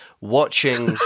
watching